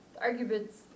arguments